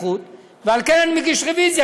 ועל כן אני מגיש רוויזיה,